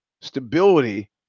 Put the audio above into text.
stability